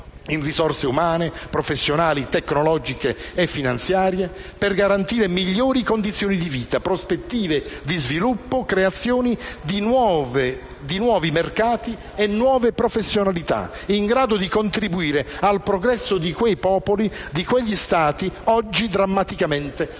in risorse umane, professionali, tecnologiche, finanziarie, per garantire migliori condizioni di vita, prospettive di sviluppo, creazione di nuovi mercati e nuove professionalità, in grado di contribuire al progresso di quei popoli, di quegli Stati, oggi drammaticamente sotto